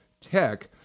Tech